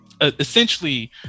essentially